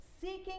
seeking